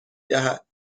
دهد